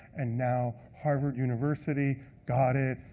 and now harvard university got it.